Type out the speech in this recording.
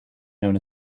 known